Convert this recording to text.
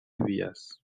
vías